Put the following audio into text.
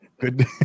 Good